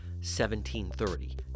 1730